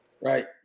Right